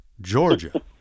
Georgia